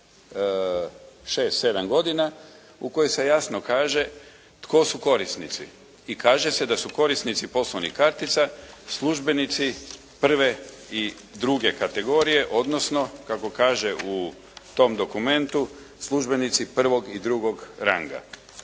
6, 7 godina u kojoj se jasno kaže tko su korisnici i kaže se da su korisnici poslovnih kartica službenici prve i druge kategorije, odnosno kako kaže u tom dokumentu službenici prvog i drugog ranga.